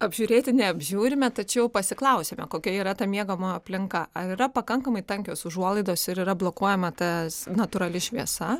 apžiūrėti neapžiūrime tačiau pasiklausiame kokia yra ta miegamojo aplinka ar yra pakankamai tankios užuolaidos ir yra blokuojama tas natūrali šviesa